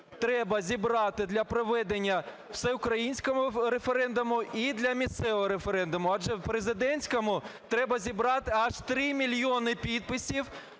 треба зібрати для проведення всеукраїнського референдуму і для місцевого референдуму? Адже в президентському треба зібрати аж 3 мільйони підписів